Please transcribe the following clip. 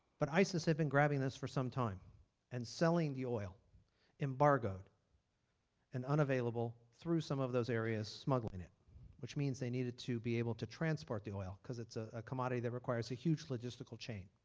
but isis had been grabbing this for some time and selling the oil embargoed and unavailable through some of those areas smuggling it which means they needed to be able to transport the oil because the ah ah commodity that requires a huge logistical chain.